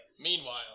Meanwhile